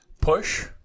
Push